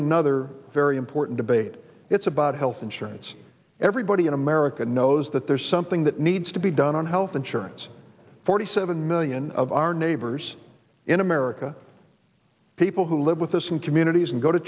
another very important debate it's about health insurance everybody in america and knows that there's something that needs to be done on health insurance forty seven million of our neighbors in america people who live with us in communities and go to